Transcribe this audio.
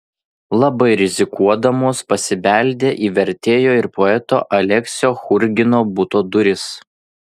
labai rizikuodamos pasibeldė į vertėjo ir poeto aleksio churgino buto duris